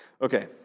Okay